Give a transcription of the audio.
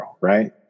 Right